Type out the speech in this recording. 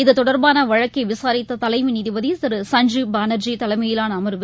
இத்தொடர்பானவழக்கைவிளரித்தலைமைநீதிபதிதிரு Sanjib Banerjee தலைமையிலானஅமர்வு